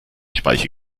speiche